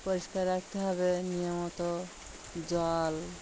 পরিষ্কার রাখতে হবে নিয়মিত জল